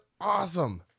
awesome